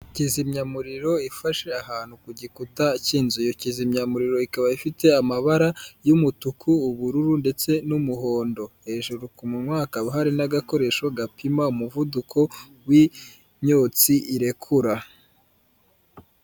Kizimyamuriro ifashe ahantu ku gikuta cy'inzu, iyi kizimyamuriro ikaba ifite amabara y'umutuku, ubururu ndetse n'umuhondo, hejuru ku munwa hakaba hari n'agakoresho gapima umuvuduko w'imyotsi irekura.